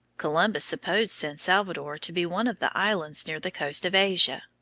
columbus supposed san salvador to be one of the islands near the coast of asia,